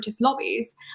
lobbies